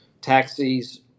Taxis